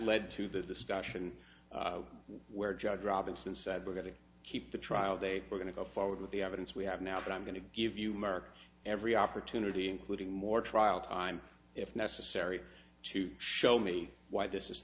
led to the discussion where judge robinson said we're going to keep the trial they were going to go forward with the evidence we have now but i'm going to give you mark every opportunity leading more trial time if necessary to show me why this is